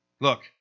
Look